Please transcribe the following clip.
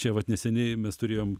čia vat neseniai mes turėjom